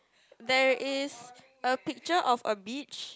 there is a picture of a beach